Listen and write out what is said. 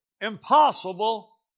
impossible